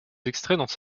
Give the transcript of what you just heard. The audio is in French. extraits